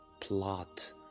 plot